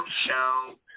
show